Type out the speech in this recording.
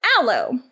Aloe